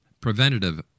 preventative